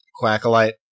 Quackalite